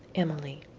emily.